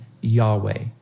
Yahweh